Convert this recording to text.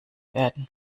werden